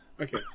Okay